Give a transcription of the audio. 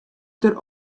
der